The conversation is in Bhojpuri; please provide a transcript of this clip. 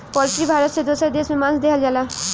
पोल्ट्री भारत से दोसर देश में मांस देहल जाला